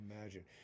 imagine